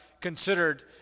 considered